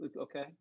okay